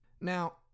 Now